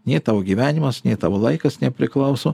nei tavo gyvenimas nei tavo laikas nepriklauso